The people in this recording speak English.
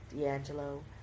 D'Angelo